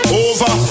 over